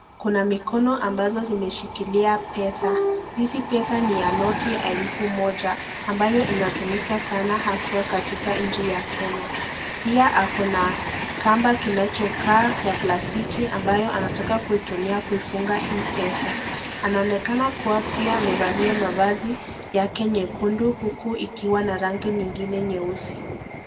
Kuna mkono ambayo imeshikilia pesa hizi pesa ni ya noti elfu moja amabacho hutumika sana aswa katika nchi ya Kenya pia ako na kamba ya plastiki anataka kutumia kuifunga hii pesa anaonekana pia amevalia mavazi yake nyekundu huku ikiwa na rangi nyingine nyeusi.